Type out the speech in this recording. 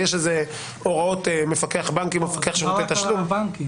יש הוראות מפקח בנקים או מפקח שירותי תשלום --- מה